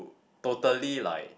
totally like